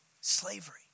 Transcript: slavery